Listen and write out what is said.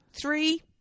three